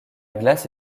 glace